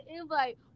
invite